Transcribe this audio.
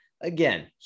again